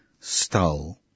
stole